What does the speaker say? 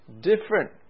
different